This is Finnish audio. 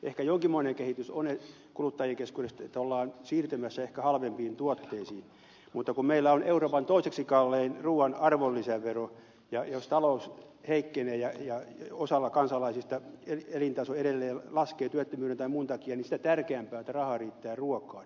ehkä jonkinmoinen kehitys on kuluttajien keskuudessa että ollaan siirtymässä ehkä halvempiin tuotteisiin mutta kun meillä on euroopan toiseksi kallein ruuan arvonlisävero niin jos talous heikkenee ja osalla kansalaisista elintaso edelleen laskee työttömyyden tai muun takia sitä tärkeämpää on että rahaa riittää ruokaan